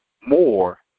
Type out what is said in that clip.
more